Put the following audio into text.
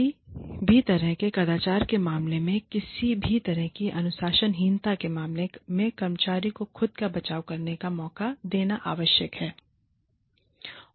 किसी भी तरह के कदाचार के मामले में किसी भी तरह की अनुशासनहीनता के मामले में कर्मचारी को खुद का बचाव करने का मौका देना आवश्यक है